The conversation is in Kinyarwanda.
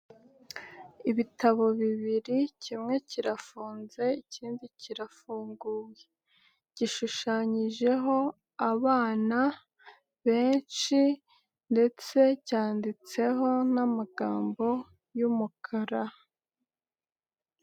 Ibitabo bibiri, kimwe kirafunze ikindi kirafunguye, gishushanyijeho abana benshishi ndetse cyanditseho n'amagambo y'umukara.